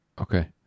okay